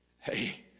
Hey